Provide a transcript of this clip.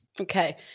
Okay